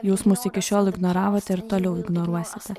jūs mus iki šiol ignoravote ir toliau ignoruosite